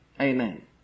Amen